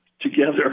together